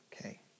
okay